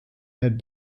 had